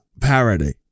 parody